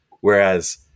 Whereas